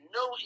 no